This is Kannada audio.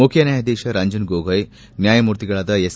ಮುಖ್ಯ ನ್ನಾಯಾಧೀಶ ರಂಜನ್ ಗೋಗೊಯ್ ನ್ನಾಯಮೂರ್ತಿಗಳಾದ ಎಸ್